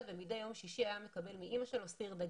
ומדי יום שישי היה מקבל מאימא שלו סיר דגים.